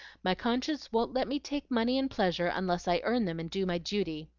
my conscience won't let me take money and pleasure unless i earn them and do my duty.